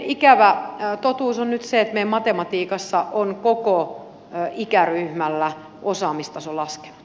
meidän ikävä totuus on nyt se että matematiikassa on koko ikäryhmällä osaamistaso laskenut